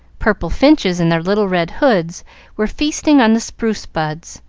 purple finches in their little red hoods were feasting on the spruce buds,